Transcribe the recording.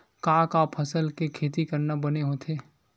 का का फसल के खेती करना बने होथे?